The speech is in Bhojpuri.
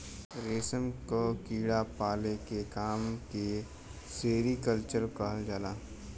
रेशम क कीड़ा पाले के काम के सेरीकल्चर कहल जाला